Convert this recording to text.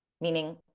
meaning